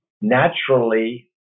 naturally